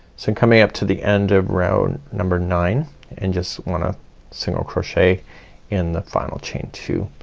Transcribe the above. and coming up to the end of row number nine and just wanna single crochet in the final chain two